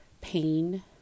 pain